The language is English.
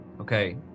Okay